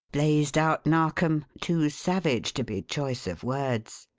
blazed out narkom, too savage to be choice of words.